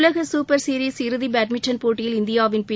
உலக super series இறுதி badminton போட்டியில் இந்தியாவின் பி